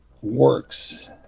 works